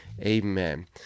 Amen